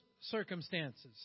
circumstances